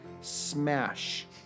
smash